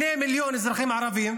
2 מיליון אזרחים ערבים,